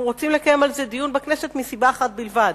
אנחנו רוצים לקיים על זה דיון בכנסת מסיבה אחת בלבד,